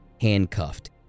handcuffed